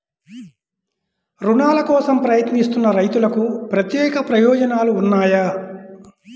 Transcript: రుణాల కోసం ప్రయత్నిస్తున్న రైతులకు ప్రత్యేక ప్రయోజనాలు ఉన్నాయా?